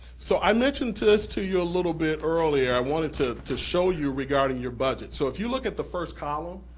so i mentioned this to you a little bit earlier, i wanted to to show you regarding your budget. so if you look at the first column,